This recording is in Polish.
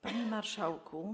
Panie Marszałku!